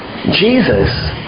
Jesus